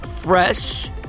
Fresh